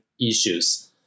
issues